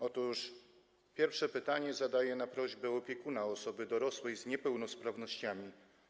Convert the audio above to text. Otóż pierwsze pytanie zadaję na prośbę opiekuna osoby dorosłej z niepełnosprawnościami.